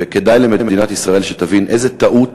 וכדאי למדינת ישראל שתבין איזו טעות